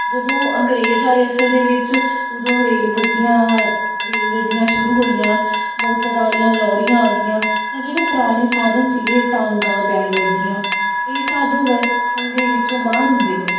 ਜਦੋਂ ਅੰਗਰੇਜ਼ ਆਏ ਅਸਲ ਦੇ ਵਿੱਚ ਉਦੋਂ ਰੇਲ ਗੱਡੀਆਂ ਰੇਲ ਗੱਡੀਆਂ ਸ਼ੁਰੂ ਹੋਈਆਂ ਮੋਟਰ ਵਾਲੀਆਂ ਲੋਰੀਆਂ ਆ ਗਈਆਂ ਤਾਂ ਜਿਹੜੇ ਪੁਰਾਣੇ ਸਾਧਨ ਸੀਗੇ ਟਾਂਗਾ ਬੈਲ ਗੱਡੀਆਂ ਇਹ ਸਭ ਵਰਤੋਂ ਦੇ ਵਿੱਚੋਂ ਬਾਹਰ ਹੁੰਦੇ ਗਏ